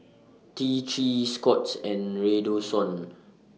T three Scott's and Redoxon